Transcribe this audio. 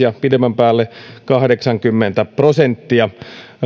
ja pidemmän päälle kahdeksankymmentä prosenttia